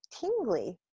tingly